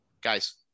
Guys